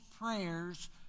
prayers